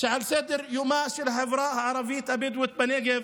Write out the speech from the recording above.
שעל סדר-יומה של החברה הערבית הבדואית בנגב,